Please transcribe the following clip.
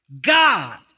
God